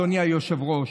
אדוני היושב-ראש,